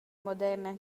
moderna